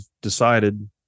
decided